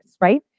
right